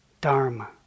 Dharma